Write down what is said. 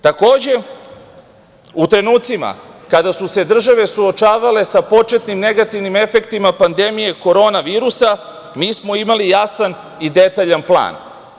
Takođe, u trenucima kada su se države suočavale sa početnim negativnim efektima pandemije korona virusa, mi smo imali jasan i detaljan plan.